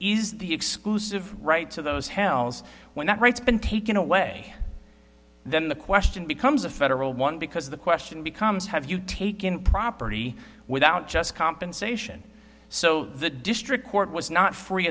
is the exclusive rights of those hells when that rights been taken away then the question becomes a federal one because the question becomes have you taken property without just compensation so the district court was not free